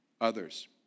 others